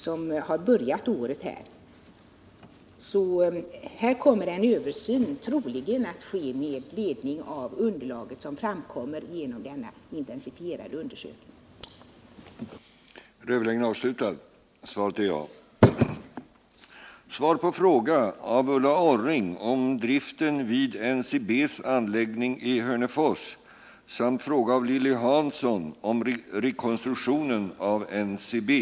Det är alltså troligt att det kommer att göras en översyn med det material som framkommer genom den intensifierade undersökningen som underlag.